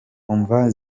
umva